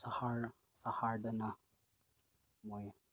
ꯁꯍꯔ ꯁꯍꯔꯗꯅ ꯃꯣꯏ